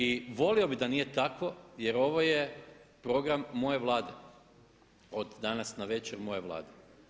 I volio bi da nije tako jer ovo je program moje Vlade, od danas navečer moje Vlade.